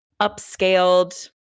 upscaled